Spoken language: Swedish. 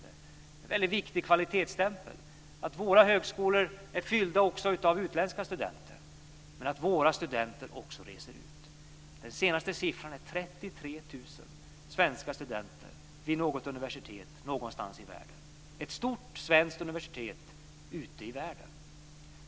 Det är en väldigt viktig kvalitetsstämpel att våra högskolor är fyllda också av utländska studenter, men också att våra studenter reser ut. Den senaste siffran är 33 000 svenska studenter vid något universitet någonstans i världen - ett stort svenskt universitet ute i världen.